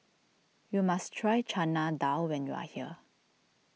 you must try Chana Dal when you are here